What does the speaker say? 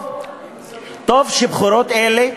טוב שהבחירות האלה,